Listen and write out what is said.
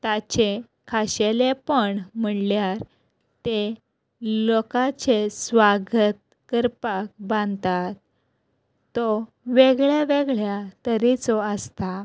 ताचे खाशेलेपण म्हणल्यार ते लोकांचे स्वागत करपाक बांदतात तो वेगळ्या वेगळ्या तरेचो आसता